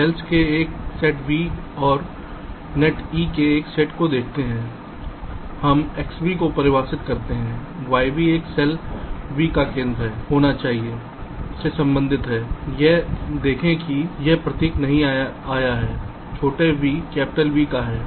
sales के एक set V और नेट E के एक सेट को देखते हुए हम xv को परिभाषित करते हैं yv एक सेल v का केंद्र है होना चाहिए से संबंधित है यह देखें कि यह प्रतीक नहीं आया है छोटा v कैपिटल V का है